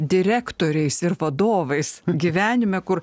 direktoriais ir vadovais gyvenime kur